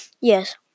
Yes